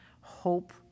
hope